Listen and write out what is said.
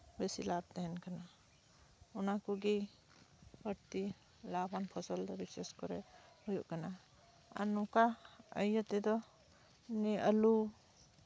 ᱵᱤᱥᱤ ᱞᱟᱵᱷ ᱛᱟᱦᱮᱱ ᱠᱟᱱᱟ ᱚᱱᱟ ᱠᱚᱜᱮ ᱵᱟᱹᱲᱛᱤ ᱞᱟᱵᱷᱼᱟᱱ ᱯᱷᱚᱥᱚᱞ ᱫᱚ ᱵᱤᱥᱮᱥ ᱠᱚᱨᱮ ᱦᱩᱭᱩᱜ ᱠᱟᱱᱟ ᱟᱨ ᱱᱚᱝᱠᱟ ᱤᱭᱟᱹ ᱛᱮᱫᱚ ᱟᱹᱞᱩ